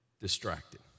distracted